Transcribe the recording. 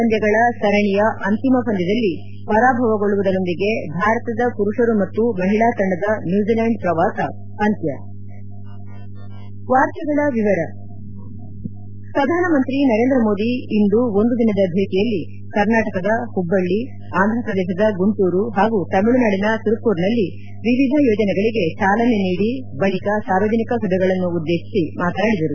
ಪರಾಭವಗೊಳ್ಳುವುದರೊಂದಿಗೆ ಭಾರತದ ಪುರುಷರು ಮತ್ತು ಮಹಿಳಾ ತಂಡದ ನ್ನೂಜಿಲೆಂಡ್ ಪ್ರವಾಸ ಅಂತ್ಯ ಪ್ರಧಾನಮಂತ್ರಿ ನರೇಂದ್ರ ಮೋದಿ ಇಂದು ಒಂದು ದಿನದ ಭೇಟಿಯಲ್ಲಿ ಕರ್ನಾಟಕದ ಹುಬ್ಬಳ್ಳಿ ಆಂಧ್ರ ಪ್ರದೇಶದ ಗುಂಟೂರು ಹಾಗೂ ತಮಿಳುನಾಡಿನ ತಿರುಪೂರ್ನಲ್ಲಿ ವಿವಿಧ ಯೋಜನೆಗಳಿಗೆ ಚಾಲನೆ ನೀಡಿ ಬಳಿಕ ಸಾರ್ವಜನಿಕ ಸಭೆಗಳನ್ನು ಉದೇಶಿಸಿ ಮಾತನಾಡಿದರು